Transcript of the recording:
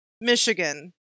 Michigan